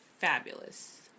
fabulous